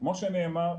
כמו שנאמר,